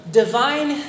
divine